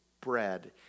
bread